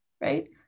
right